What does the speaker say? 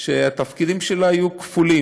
שהתפקיד שלה היה כפול: